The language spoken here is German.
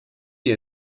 die